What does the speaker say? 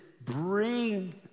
bring